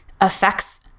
affects